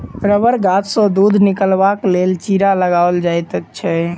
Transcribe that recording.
रबड़ गाछसँ दूध निकालबाक लेल चीरा लगाओल जाइत छै